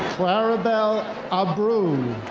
claribel abreu.